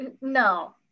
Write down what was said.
No